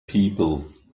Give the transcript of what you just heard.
people